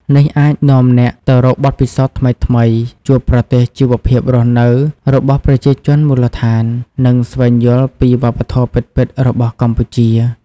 នេះអាចនាំអ្នកទៅរកបទពិសោធន៍ថ្មីៗ ជួបប្រទះជីវភាពរស់នៅរបស់ប្រជាជនមូលដ្ឋាន និងស្វែងយល់ពីវប្បធម៌ពិតៗរបស់កម្ពុជា។